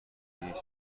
هیچ